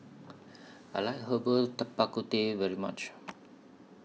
I like Herbal Bak Ku Teh very much